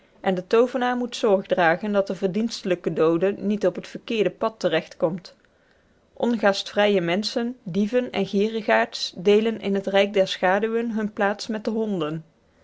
en de toovenaar moet zorg dragen dat de verdienstelijke doode niet op het verkeerde pad terechtkomt ongastvrije menschen dieven en gierigaards deelen in het rijk der schaduwen hunne plaats met de honden